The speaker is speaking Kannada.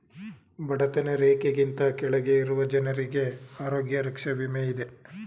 ಬಡತನ ರೇಖೆಗಿಂತ ಕೆಳಗೆ ಇರುವ ಜನರಿಗೆ ಆರೋಗ್ಯ ರಕ್ಷೆ ವಿಮೆ ಇದೆ